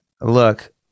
look